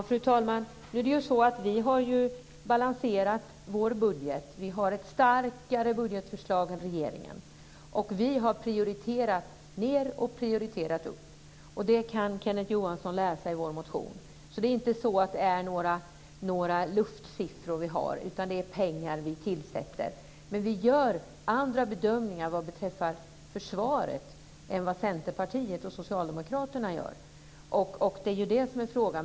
Fru talman! Vi har ju balanserat vår budget. Vi har ett starkare budgetförslag än regeringen. Och vi har prioriterat ned och prioriterat upp. Det kan Kenneth Johansson läsa i vår motion. Det är inte några luftsiffror som vi har, utan det är pengar som vi tillför. Men vi gör andra bedömningar än Centerpartiet och Socialdemokraterna beträffande försvaret. Det är ju det som är frågan.